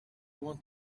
want